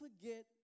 forget